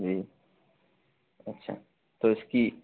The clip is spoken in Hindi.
जी अच्छा तो इसकी